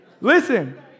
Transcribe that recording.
listen